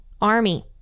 army